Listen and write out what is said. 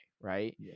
right